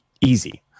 Easy